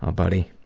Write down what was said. ah buddy,